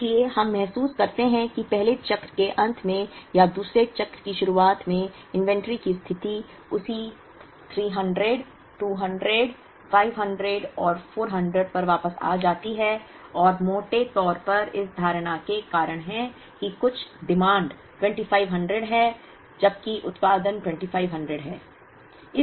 इसलिए हम महसूस करते हैं कि पहले चक्र के अंत में या दूसरे चक्र की शुरुआत में इन्वेंट्री की स्थिति उसी 300 200 500 और 400 पर वापस आ जाती है और मोटे तौर पर इस धारणा के कारण है कि कुछ मांगें 2500 है जबकि उत्पादन 2500 है